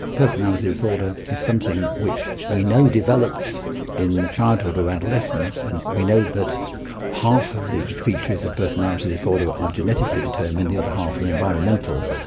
personality disorder is something which we know develops in childhood or adolescence, and we know that half of the features of personality disorder are genetically determined, the other half are environmental,